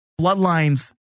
bloodlines